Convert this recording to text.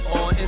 on